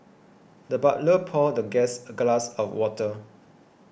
the butler poured the guest a glass of water